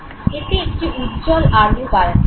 এতে একটি উজ্জ্বল আলো বাড়াতে পারি